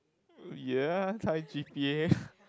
ya high G_P_A